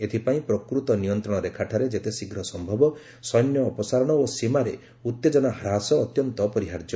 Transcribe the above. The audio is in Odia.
ଏଥିପାଇଁ ପ୍ରକୃତ ନିୟନ୍ତ୍ରଣ ରେଖାଠାରେ ଯେତେ ଶୀଘ୍ର ସମ୍ଭବ ସୈନ୍ୟ ଅପସାରଣ ଓ ସୀମାରେ ଉତ୍ତେଜନା ହ୍ରାସ ଅତ୍ୟନ୍ତ ଅପରିହାର୍ଯ୍ୟ